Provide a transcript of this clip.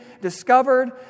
discovered